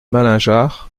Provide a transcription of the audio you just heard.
malingear